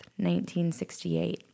1968